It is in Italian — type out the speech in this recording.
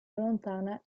allontana